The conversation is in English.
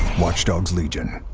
watch dogs legion,